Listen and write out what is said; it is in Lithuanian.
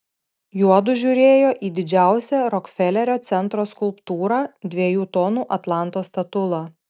juodu žiūrėjo į didžiausią rokfelerio centro skulptūrą dviejų tonų atlanto statulą